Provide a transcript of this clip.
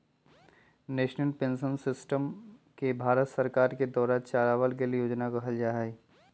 national pension system के भारत सरकार के द्वारा चलावल गइल योजना कहल जा हई